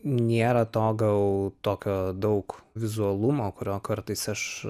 nėra to gal tokio daug vizualumo kurio kartais aš